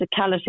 physicality